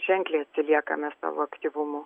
ženkliai atsiliekame savo aktyvumu